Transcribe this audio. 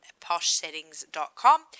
poshsettings.com